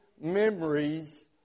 memories